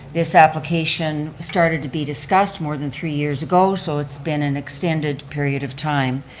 this application started to be discussed more than three years ago, so it's been an extended period of time.